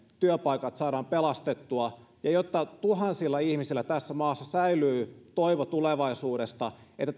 työpaikat saadaan pelastettua ja jotta tuhansilla ihmisillä tässä maassa säilyy toivo tulevaisuudesta että